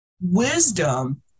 wisdom